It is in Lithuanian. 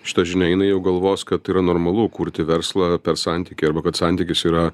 šita žinia jinai jau galvos kad tai yra normalu kurti verslą per santykį arba kad santykis yra